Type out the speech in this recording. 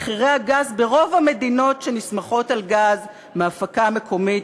מחיר הגז ברוב המדינות שנסמכות על גז מהפקה מקומית